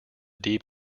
deep